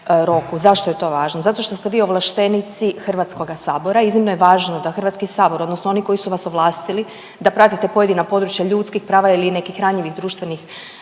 Zašto je to važno? Zato što se vi ovlaštenici Hrvatskoga sabora. Iznimno je važno da HS odnosno oni koji su vas ovlastili da pratite pojedina područja ljudskih prava ili nekih ranjivih društvenih